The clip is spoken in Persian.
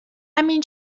همین